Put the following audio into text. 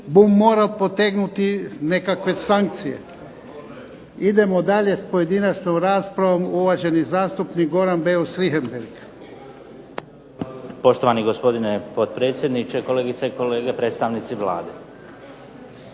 Bum moral potegnuti nekakve sankcije. Idemo dalje s pojedinačnom raspravom, uvaženi zastupnik Goran Beus Richembergh.